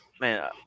Man